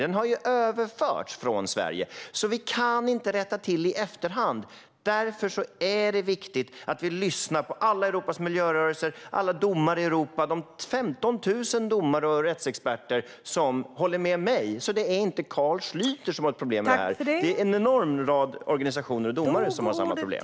Den har överförts från Sverige. Därför kan vi inte i efterhand rätta till detta. Därför är det viktigt att vi lyssnar på Europas alla miljörörelser och på alla domare - 15 000 domare och rättsexperter - som håller med mig. Det är alltså inte Carl Schlyter som har ett problem med detta. Det är en lång rad organisationer och domare som har samma problem.